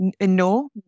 no